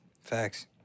Facts